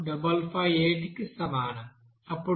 అప్పుడు S 0